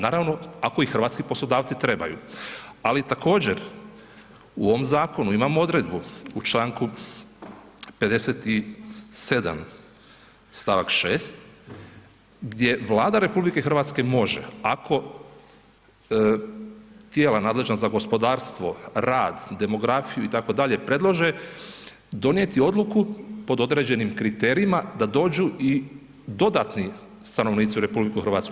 Naravno ako ih hrvatski poslodavci trebaju, ali također u ovom zakonu imamo odredbu u Članku 57. stavak 6. gdje Vlada RH može ako tijela nadležna za gospodarstvo, rad, demografiju itd., predlože donijeti odluku pod određenim kriterijima da dođu i dodatni stanovnici u RH.